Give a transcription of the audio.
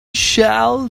shall